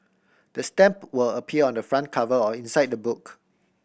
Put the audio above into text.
the stamp will appear on the front cover or inside the book